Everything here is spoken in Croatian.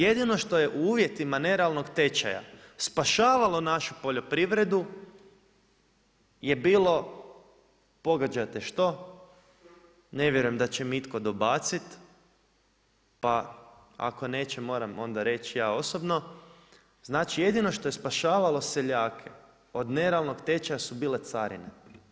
Jedino što je u uvjetima nerealnog tečaja spašavalo našu poljoprivredu je bilo, pogađate što, ne vjerujem da će mi itko dobaciti, pa ako neće moram onda reći ja osobno, znači jedino što je spašavalo seljake od nerealnog tečaja su bile carine.